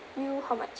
you how much